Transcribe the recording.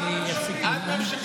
נעביר אותה ככה בתמיכה ממשלתית.